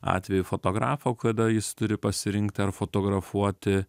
atvejų fotografo kada jis turi pasirinkti ar fotografuoti